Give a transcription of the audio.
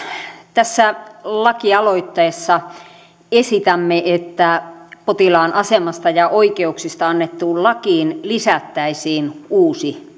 tässä lakialoitteessa esitämme että potilaan asemasta ja oikeuksista annettuun lakiin lisättäisiin uusi